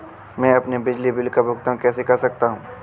मैं अपने बिजली बिल का भुगतान कैसे कर सकता हूँ?